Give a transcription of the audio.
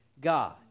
God